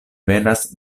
venas